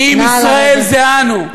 כי אם ישראל זה אנו,